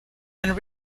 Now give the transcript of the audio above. and